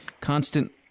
constant